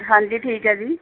ਹਾਂਜੀ ਠੀਕ ਹੈ ਜੀ